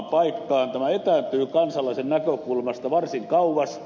tämä etääntyy kansalaisen näkökulmasta varsin kauas